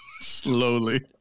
Slowly